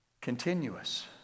continuous